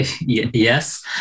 Yes